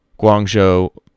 guangzhou